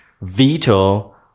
veto